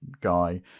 guy